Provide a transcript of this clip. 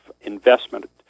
investment